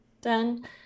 done